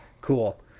Cool